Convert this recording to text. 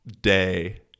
day